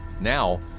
Now